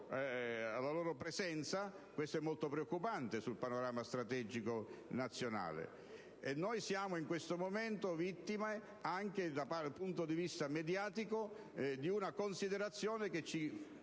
di sopperire? Questo è molto preoccupante sul panorama strategico nazionale. Noi siamo in questo momento vittime, anche dal punto di vista mediatico, di una rappresentazione che ci